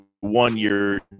one-year